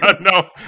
no